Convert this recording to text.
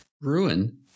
ruin